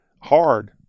hard